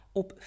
op